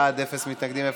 אין מתנגדים,